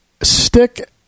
Stick